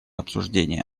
обсуждение